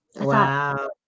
Wow